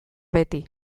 beti